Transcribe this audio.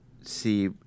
see